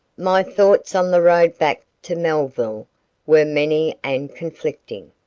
my thoughts on the road back to melville were many and conflicting.